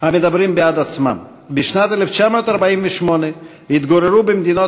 המדברים בעד עצמם: בשנת 1948 התגוררו במדינות